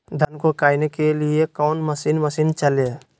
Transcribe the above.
धन को कायने के लिए कौन मसीन मशीन चले?